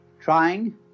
trying